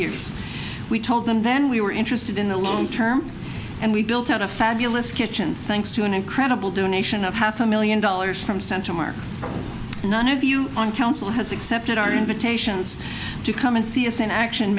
years we told them then we were interested in the long term and we built out a fabulous kitchen thanks to an incredible donation of half a million dollars from central park none of you on council has accepted our invitation to come and see us in action